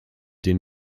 den